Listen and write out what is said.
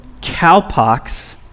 cowpox